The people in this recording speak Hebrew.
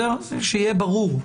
שיהיה ברור.